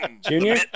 Junior